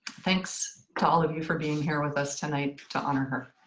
thanks to all of you for being here with us tonight to honor her.